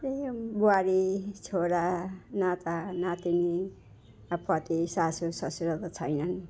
त्यही हो बुहारी छोरा नातानातिनी अब पति सासू ससुरा त छैनन्